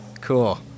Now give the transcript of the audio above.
Cool